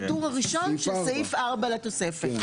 בטור הראשון של סעיף 4 לתוספת.